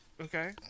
Okay